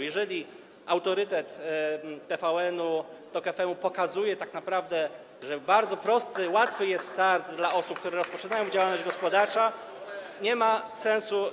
Jeżeli autorytet TVN, TOK-FM pokazuje tak naprawdę, że bardzo prosty, łatwy jest start dla osób, które rozpoczynają działalność gospodarczą, nie ma sensu.